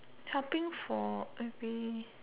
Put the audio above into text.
helping for maybe